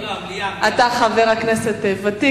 אתה חבר כנסת ותיק.